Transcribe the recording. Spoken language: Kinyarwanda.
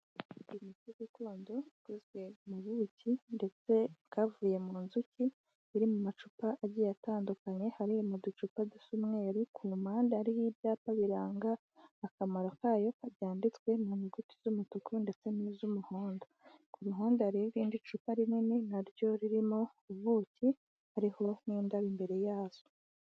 Imiti gakondo ikozwe mu buki ndetse bwavuye mu nzuki buri mu macupa agiye atandukanye, hari mu ducupa dua umweru ku muhanda hariho ibyapa biranga akamaro kayo byanditswe mu nyuguti z'umutuku ndetse n'iz'umuhondo, ku ruhande hariho irindi cupa rinini naryo ririmo ubuki, hariho n'indabo imbere yazo.